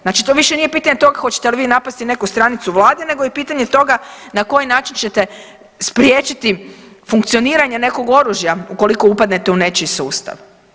Znači to više nije pitanje tog hoćete li vi napasti neku stranicu vlade nego je pitanje toga na koji način ćete spriječiti funkcioniranje nekog oružja ukoliko upadnete u nečiji sustav.